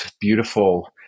beautiful